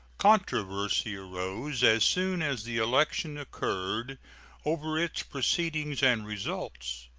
controversy arose as soon as the election occurred over its proceedings and results,